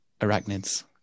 arachnids